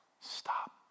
Stop